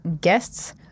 guests